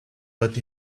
put